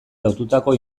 lotutako